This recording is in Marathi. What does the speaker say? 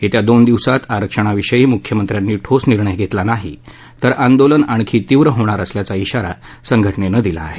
येत्या दोन दिवसात आरक्षणाविषयी मुख्यमंत्र्यांनी ठोस निर्णय घेतला नाही तर आंदोलन आणखी तीव्र होणार असल्याचा खारा संघटनेनं दिला आहे